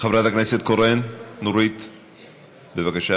חברת הכנסת קורן נורית, בבקשה.